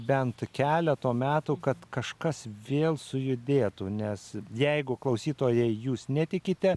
bent keleto metų kad kažkas vėl sujudėtų nes jeigu klausytojai jūs netikite